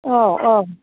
अ अ